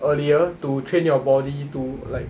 earlier to train your body to like